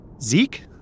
Zeke